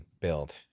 build